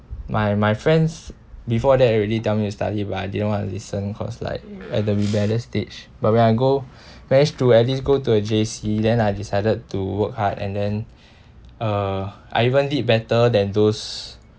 my my friends before that already tell me to study but I didn't want to listen cause like at the rebellious stage but when I go manage to at least go to a J_C then I decided to work hard and then uh I even did better than those